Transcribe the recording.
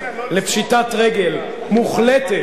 לפשיטת רגל מוחלטת,